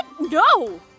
No